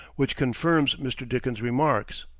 which confirms mr. dickens's remarks.